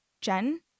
Jen